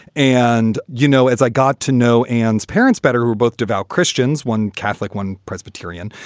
and, you know, as i got to know, ann's parents better were both devout christians, one catholic, one presbyterian.